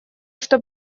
что